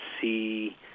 see